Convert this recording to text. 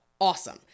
Awesome